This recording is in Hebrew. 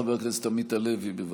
חבר הכנסת עמית הלוי, בבקשה.